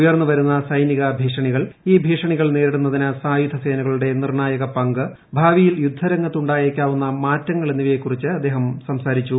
ഉയർന്നുവരുന്ന സൈനിക ഭീഷണികൾ ഇൌ ഭീഷണികൾ നേരിടുന്നതിന് സായുധ സേനകളുടെ നിർണായക പങ്ക് ഭാവിയിൽ യുദ്ധരംഗത്ത് ഉണ്ടായേക്കാവുന്ന മാറ്റങ്ങൾ എന്നിവയെക്കുറിച്ച് അദ്ദേഹം സംസാരിച്ചു